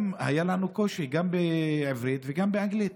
גם היה לנו קושי, גם בעברית וגם באנגלית,